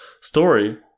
story